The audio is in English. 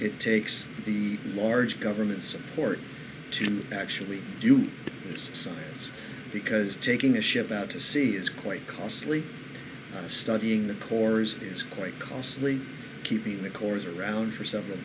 it takes the large government support to actually do science because taking a ship out to sea is quite costly studying the pores is quite costly keeping the cores around for several